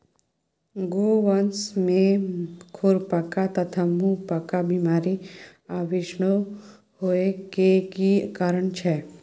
गोवंश में खुरपका तथा मुंहपका बीमारी आ विषाणु होय के की कारण छै?